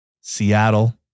Seattle